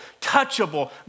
touchable